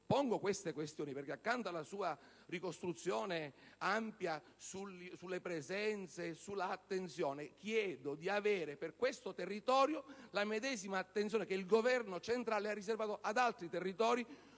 Pongo queste questioni perché, accanto alla sua ampia ricostruzione sulle presenze e sull'attenzione, signor Sottosegretario chiedo di avere per questo territorio la medesima attenzione che il Governo centrale ha riservato ad altri territori